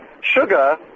sugar